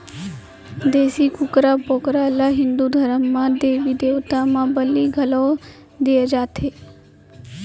देसी कुकरा, बोकरा ल हिंदू धरम म देबी देवता म बली घलौ दिये जाथे